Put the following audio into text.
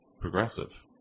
progressive